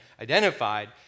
identified